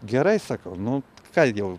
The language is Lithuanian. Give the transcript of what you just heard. gerai sakau nu ką jau